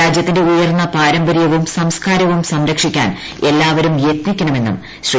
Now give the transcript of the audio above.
രാജ്യത്തിന്റെ ഉയർന്ന പാരമ്പര്യവും സംസ്കാരവും സംരക്ഷിക്കാൻ എല്ലാവരും യ്ത്ത്നിക്കണമെന്ന് ശ്രീ